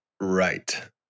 Right